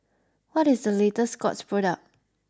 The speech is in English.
what is the latest Scott's product